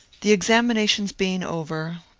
the examinations being over,